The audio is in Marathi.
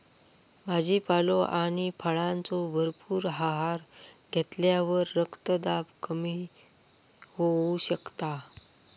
भाजीपालो आणि फळांचो भरपूर आहार घेतल्यावर रक्तदाब कमी होऊ शकता